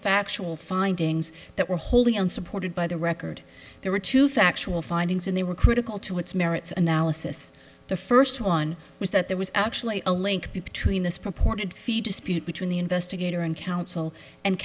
factual findings that were wholly unsupported by the record there were two factual findings and they were critical to its merits analysis the first one was that there was actually a link between this purported fee dispute between the investigator and counsel and